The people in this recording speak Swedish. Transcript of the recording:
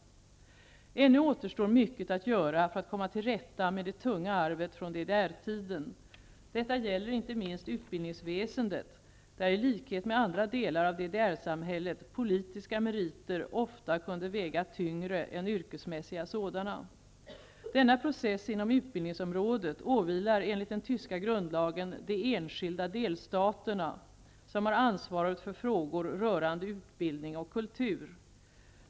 Ännu återstår mycket att göra för att man skall komma till rätta med det tunga arvet från DDR tiden. Detta gäller inte minst utbildningsväsendet, där, i likhet med andra delar av DDR-samhället, politiska meriter ofta kunde väga tyngre än yrkesmässiga sådana. Denna process inom utbildningsområdet åvilar enligt den tyska grundlagen de enskilda delstaterna, som har ansvaret för frågor rörande utbildning och kultur.